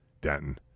Denton